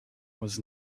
was